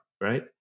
right